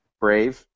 Brave